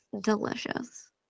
delicious